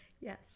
Yes